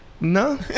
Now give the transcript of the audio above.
No